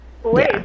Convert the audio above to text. Wait